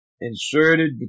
inserted